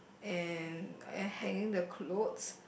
and and hanging the clothes